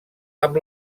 amb